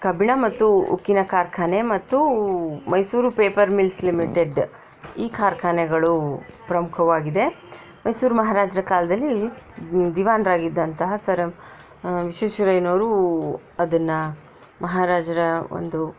ಕಬ್ಬಿಣ ಮತ್ತು ಉಕ್ಕಿನ ಕಾರ್ಖಾನೆ ಮತ್ತು ಮೈಸೂರು ಪೇಪರ್ ಮಿಲ್ಸ್ ಲಿಮಿಟೆಡ್ ಈ ಕಾರ್ಖಾನೆಗಳು ಪ್ರಮುಖವಾಗಿದೆ ಮೈಸೂರು ಮಹಾರಾಜರ ಕಾಲದಲ್ಲಿ ದಿವಾನರಾಗಿದ್ದಂತಹ ಸರ್ ಎಮ್ ವಿಶ್ವೇಶ್ವರಯ್ಯನವ್ರು ಅದನ್ನ ಮಹಾರಾಜರ ಒಂದು